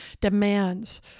demands